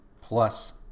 plus